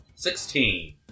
Sixteen